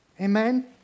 Amen